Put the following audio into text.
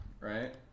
right